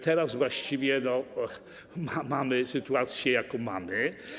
Teraz właściwie mamy sytuację, jaką mamy.